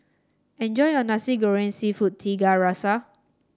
enjoy your Nasi Goreng seafood Tiga Rasa